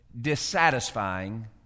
dissatisfying